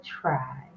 try